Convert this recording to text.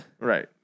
Right